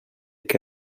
que